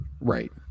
Right